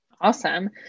Awesome